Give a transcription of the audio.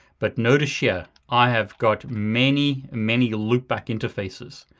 but notice here, i have got many many loopback interfaces.